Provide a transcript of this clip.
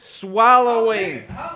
Swallowing